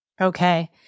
Okay